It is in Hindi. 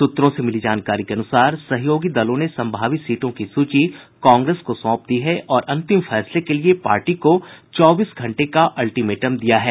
सूत्रों से मिली जानकारी के अनुसार सहयोगी दलों ने संभावित सीटों की सूची कांग्रेस को सौंप दी है और अंतिम फैसले के लिए पार्टी को चौबीस घंटे का अल्टीमेटम दिया है